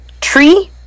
tree